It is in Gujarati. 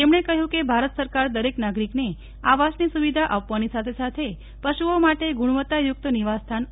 તેમણે કહ્યું કે ભારત સરેકારે દરેક નાગરિકને આવાસની સુવિધા આપવાની સાથે સાથે પશુઓ માટે ગુણવત્તા યુક્ત નિવાસસ્થાન આપશે